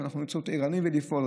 אנחנו צריכים להיות ערניים ולפעול.